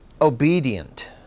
obedient